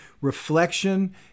reflection